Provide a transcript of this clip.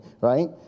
right